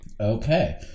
Okay